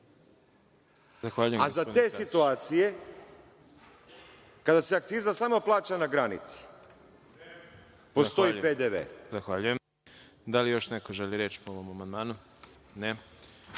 A za te situacije kada se akciza samo plaća na granici, postoji PDV.